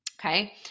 Okay